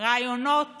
רעיונות